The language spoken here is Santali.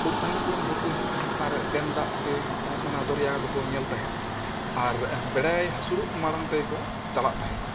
ᱥᱩᱨ ᱥᱟᱺᱜᱤᱧ ᱠᱚ ᱨᱮᱱ ᱦᱚᱲ ᱠᱚ ᱦᱤᱡᱩᱜ ᱛᱟᱦᱮᱱ ᱟᱨ ᱰᱮᱢ ᱫᱟᱜ ᱥᱮ ᱚᱱᱟ ᱫᱚᱨᱭᱟ ᱫᱚᱠᱚ ᱧᱮᱞ ᱛᱟᱦᱮᱸᱜ ᱟᱨ ᱰᱮᱲᱟᱭ ᱦᱟᱹᱥᱩᱨᱚᱜ ᱢᱟᱲᱟᱝ ᱛᱮᱠᱚ ᱪᱟᱞᱟᱜ ᱛᱟᱦᱮᱸᱜ ᱟᱨ